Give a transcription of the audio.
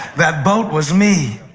that boat was me.